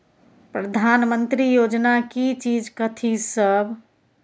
प्रधानमंत्री योजना की चीज कथि सब?